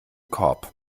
korb